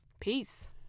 Peace